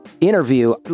interview